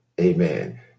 amen